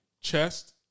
chest